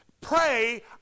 Pray